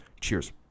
Cheers